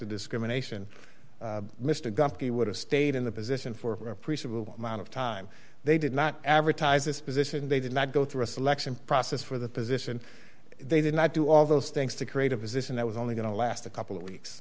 of discrimination mr guppy would have stayed in the position for appreciable amount of time they did not advertise this position they did not go through a selection process for the position they did not do all those things to create a position that was only going to last a couple of weeks